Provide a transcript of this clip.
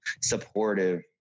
supportive